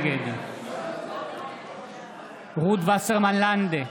נגד רות וסרמן לנדה,